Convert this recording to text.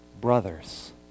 brothers